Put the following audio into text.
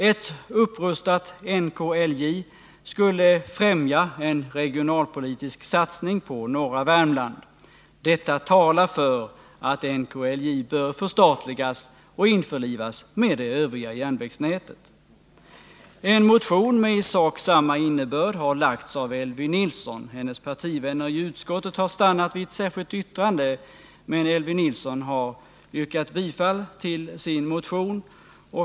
Ett upprustat NKIJ skulle främja en regionalpolitisk satsning i norra Värmland. Detta talar för att NKIJ bör förstatligas och införlivas med det övriga järnvägsnätet. En motion med i sak samma innebörd har väckts av Elvy Nilsson. Hennes partivänner i utskottet har stannat vid ett särskilt yttrande, men Elvy Nilsson har yrkat bifall till sin motion.